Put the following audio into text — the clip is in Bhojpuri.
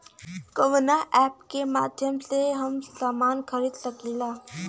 कवना ऐपके माध्यम से हम समान खरीद सकीला?